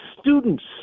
students